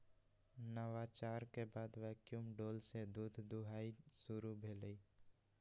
नवाचार के बाद वैक्यूम डोल से दूध दुहनाई शुरु भेलइ